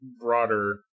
broader